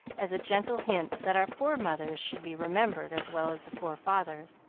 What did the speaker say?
as a gentle hint that our fore-mothers should be remembered as well as the fore-fathers.